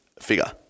figure